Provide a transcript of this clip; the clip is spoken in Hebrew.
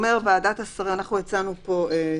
אנחנו הצענו פה שינויים.